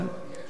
כן.